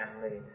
family